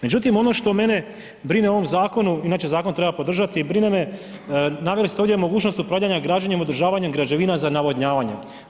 Međutim, ono što mene brine u ovom zakonu, inače zakon treba podržati, brine me naveli ste ovdje mogućnost upravljanja građenjem, održavanjem građevina za navodnjavanje.